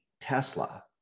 Tesla